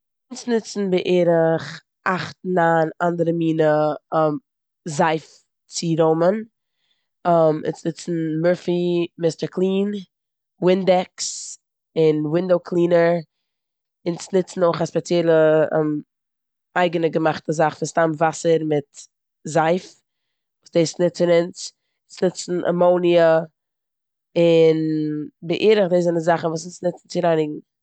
אונז נוצן בערך אכט, ניין אנדערע מינע צו רוימען. אונז נוצן מורפי, מיסטער קלין, ווינדעקס און ווינדאו קלינער. אונז נוצן אויך א ספעציעלע אייגענע געמאכטע זאך פון סתם וואסער מיט זייף וואס דאס נוצן אונז. אונז נוצן עממאניע און בערך דאס זענען די זאכן וואס אונז נוצן צו רייניגן.